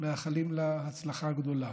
הצלחה גדולה.